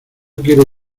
quiero